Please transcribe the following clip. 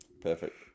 perfect